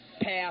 pass